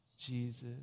Jesus